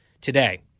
Today